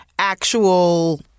actual